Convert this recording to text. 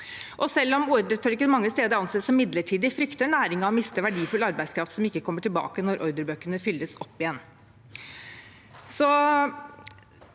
Selv om ordretørken mange steder anses som midlertidig, frykter næringen å miste verdifull arbeidskraft som ikke kommer tilbake når ordrebøkene fylles opp igjen.